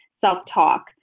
self-talk